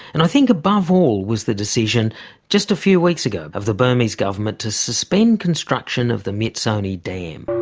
and i think above all was the decision just a few weeks ago of the burmese government to suspend construction of the myitsone dam.